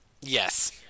Yes